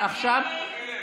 ההצעה להעביר את הצעת חוק חינוך